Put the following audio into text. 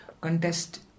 contest